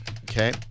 Okay